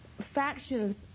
factions